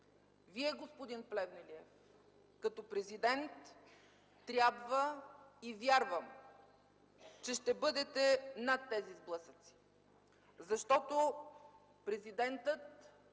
Вие, господин Плевнелиев, като президент трябва и вярвам, че ще бъдете над тези сблъсъци, защото президентът